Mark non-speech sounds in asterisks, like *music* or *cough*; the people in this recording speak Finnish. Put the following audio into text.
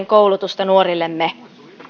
*unintelligible* koulutusta nuorillemme